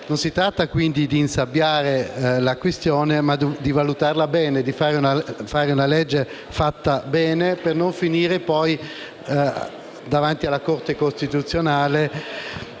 Si tratta quindi non di insabbiare la questione, ma di valutarla attentamente, di fare una legge fatta bene, per non finire poi davanti alla Corte costituzionale